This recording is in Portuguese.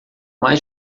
mais